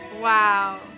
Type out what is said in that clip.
wow